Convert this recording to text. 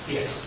Yes